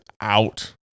out